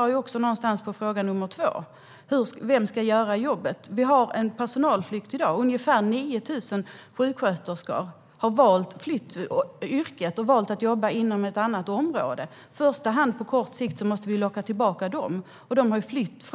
Det svarar också någonstans på fråga nummer två: Vem ska göra jobbet? Vi har i dag en personalflykt. Ungefär 9 000 sjuksköterskor har flytt yrket och valt att jobba inom ett annat område. I första hand måste vi på kort sikt locka tillbaka dem. De har flytt